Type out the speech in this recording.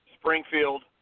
Springfield